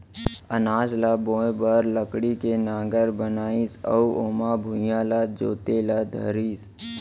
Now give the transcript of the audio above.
अनाज ल बोए बर लकड़ी के नांगर बनाइस अउ ओमा भुइयॉं ल जोते ल धरिस